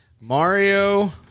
Mario